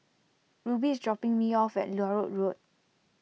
Rubie is dropping me off at Larut Road